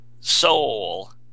soul